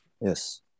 Yes